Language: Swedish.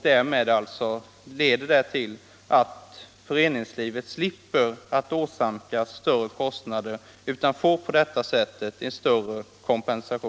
På så sätt slipper föreningslivet att åsamkas dessa högre kostnader.